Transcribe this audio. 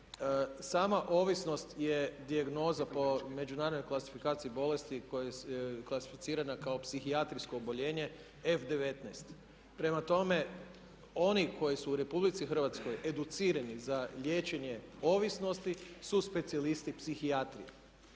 Sama ovisnost je dijagnoza po međunarodnoj klasifikaciji bolesti klasificirana kao psihijatrijsko oboljenje F19. Prema tome, oni koji su u Republici Hrvatskoj educirani za liječenje ovisnosti su specijalisti, psihijatri.